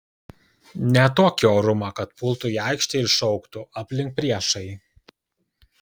ne tokį orumą kad pultų į aikštę ir šauktų aplink priešai